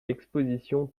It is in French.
expositions